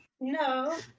No